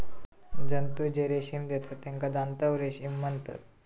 जंतु जे रेशीम देतत तेका जांतव रेशीम म्हणतत